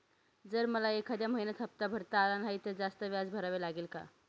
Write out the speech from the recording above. जर मला एखाद्या महिन्यात हफ्ता भरता आला नाही तर जास्त व्याज भरावे लागेल का?